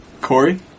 Corey